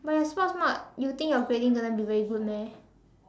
but your sports not you think your grading gonna be very good meh